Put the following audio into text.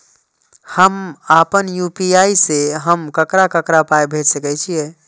हम आपन यू.पी.आई से हम ककरा ककरा पाय भेज सकै छीयै?